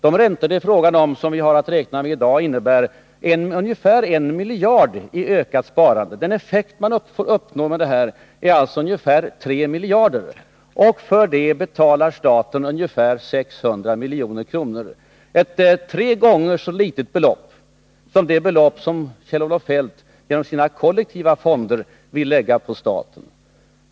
De räntor som det är fråga om i dag innebär ungefär en miljard i ökat sparande. Den totala effekt som man uppnår blir alltså ungefär 3 miljarder, och för det betalar staten ungefär 600 milj.kr. Det är tre gånger mindre än det belopp som Kjell-Olof Feldt genom sina kollektiva fonder vill lägga på staten.